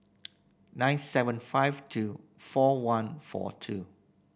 nine seven five two four one four two